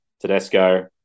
Tedesco